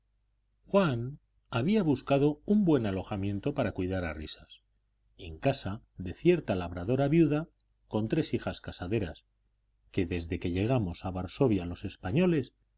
juan había buscado un buen alojamiento para cuidar a risas en casa de cierta labradora viuda con tres hijas casaderas que desde que llegamos a varsovia los españoles